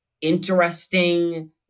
interesting